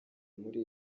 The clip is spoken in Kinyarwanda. muri